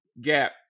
gap